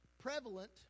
Prevalent